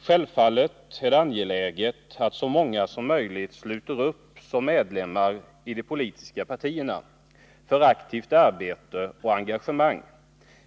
Självfallet är det angeläget att så många som möjligt sluter upp som medlemmar i de politiska partierna för aktivt arbete och engagemang.